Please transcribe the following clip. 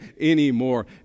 anymore